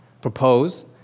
propose